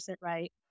right